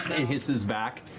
hisses back,